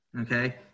Okay